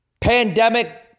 pandemic